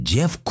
Jeff